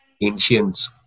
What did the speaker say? ancients